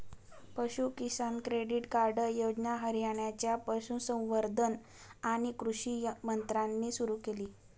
पशु किसान credit card योजना हरियाणाच्या पशुसंवर्धन आणि कृषी मंत्र्यांनी सुरू केली